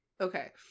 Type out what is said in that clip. okay